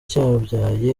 cyabyaye